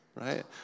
right